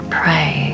pray